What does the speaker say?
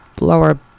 lower